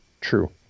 True